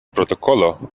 protocolo